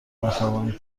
بتوانید